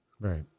Right